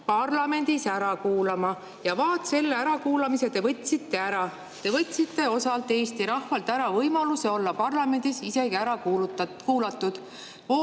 parlamendis ära kuulama. Ja vaat selle ärakuulamise te võtsite ära. Te võtsite osalt Eesti rahvalt ära võimaluse olla parlamendis isegi ära kuulatud.